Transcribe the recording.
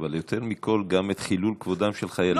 אבל יותר מכול, גם את חילול כבודם של חיילי צה"ל.